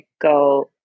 go